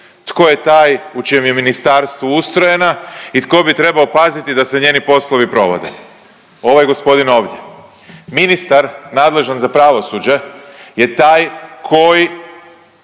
tko je taj u čijem je ministarstvu ustrojena i tko bi trebao paziti da se njeni poslovi provode? Ovaj gospodin ovdje, ministar nadležan za pravosuđe je taj koji